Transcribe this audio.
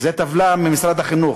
זו טבלה ממשרד החינוך,